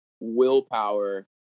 willpower